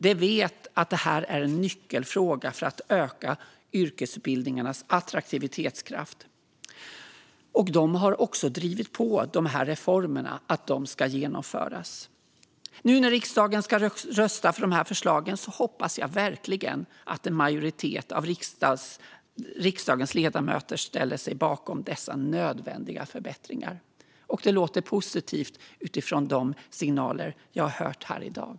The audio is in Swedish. De vet att detta är en nyckelfråga när det gäller att öka yrkesutbildningarnas attraktivitetskraft. De har också drivit på att reformerna ska genomföras. Nu när riksdagen ska rösta om förslagen hoppas jag verkligen att en majoritet av riksdagens ledamöter ställer sig bakom dessa nödvändiga förbättringar. Det låter positivt utifrån de signaler jag har hört här i dag.